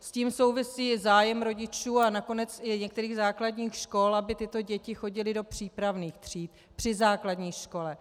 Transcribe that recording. S tím souvisí zájem rodičů a nakonec i některých základních škol, aby tyto děti chodily do přípravných tříd při základní škole.